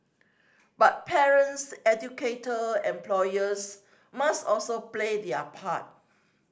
but parents educator and employers must also play their part